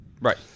Right